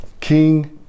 King